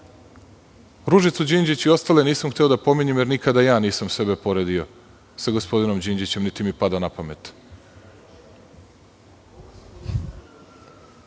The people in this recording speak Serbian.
Ružicu Đinđić i ostale nisam hteo da pominjem jer nikada ja nisam sebe poredio sa gospodinom Đinđićem niti mi pada na pamet,